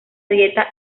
dieta